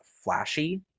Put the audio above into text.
flashy